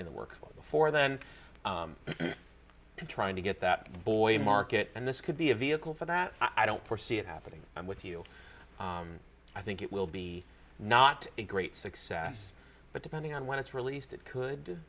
in the work before then trying to get that boy market and this could be a vehicle for that i don't foresee it happening i'm with you i think it will be not a great success but depending on when it's released it could